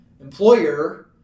employer